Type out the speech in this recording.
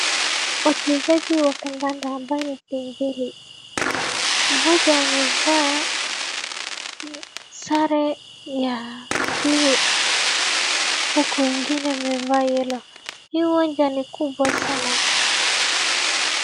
Wachezaji wa kandanda ambao ni timu mbili, mmoja amevaa sare ya buluu huku wengine wamevaa yello . Hii uwanja ni kubwa sana.